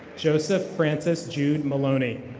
joseph francis jude maloney.